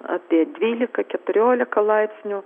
apie dvylika keturiolika laipsnių